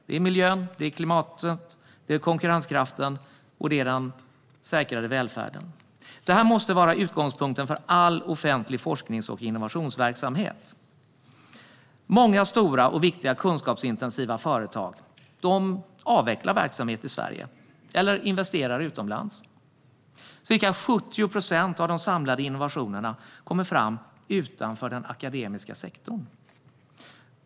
Det är miljön, klimatet, konkurrenskraften och den säkrare välfärden som måste vara utgångspunkten för all offentlig forsknings och innovationsverksamhet. Många stora och viktiga kunskapsintensiva företag avvecklar verksamhet i Sverige eller investerar utomlands. Ca 70 procent av de samlade innovationerna kommer fram utanför den akademiska sektorn.